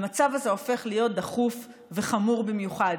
המצב הזה הופך להיות דחוף וחמור במיוחד,